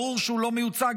ברור שהוא לא מיוצג,